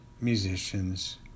musicians